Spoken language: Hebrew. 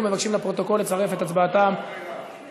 ההצעה להעביר את הצעת חוק